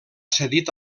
cedit